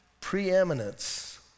preeminence